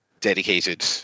dedicated